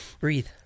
breathe